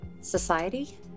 Society